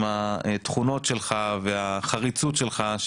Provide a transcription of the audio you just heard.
עם התכונות שלך והחריצות שלך,